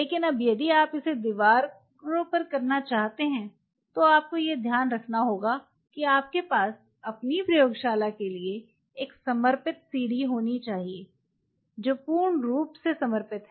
लेकिन अब यदि आप इसे दीवारों पर करना चाहते हैं तो आपको यह ध्यान रखना होगा कि आपके पास अपनी प्रयोगशाला के लिए एक समर्पित सीढ़ी होनी चाहिए जो पूर्ण रूप से समर्पित है